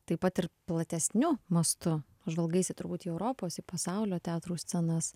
taip pat ir platesniu mastu žvalgaisi turbūt į europos į pasaulio teatrų scenas